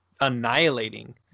annihilating